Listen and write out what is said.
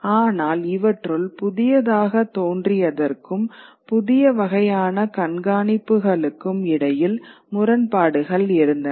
ஆனால் இவற்றுள் புதியதாக தோன்றியதற்கும் புதிய வகையான கண்காணிப்புகளுக்கும் இடையில் முரண்பாடுகள் இருந்தன